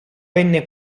venne